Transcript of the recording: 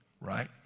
right